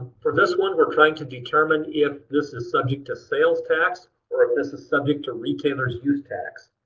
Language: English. for this one we're trying to determine if this is subject to sales tax or if this is subject to retailer's use tax.